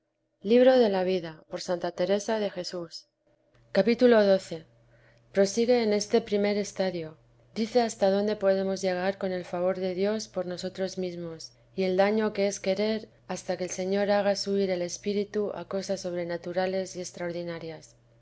capítulo xii prosigue en este primer estado dice hasta dónde podemos llegar con el favor de dios por nosotros mesmos y el daño que es querer hasta que el señor haga subir el espíritu a cosas sobrenaturales y extraordinarias